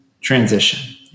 transition